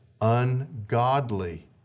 ungodly